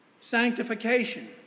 sanctification